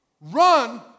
Run